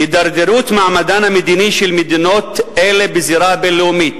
הידרדרות מעמדן המדיני של מדינות אלה בזירה הבין-לאומית